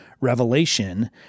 Revelation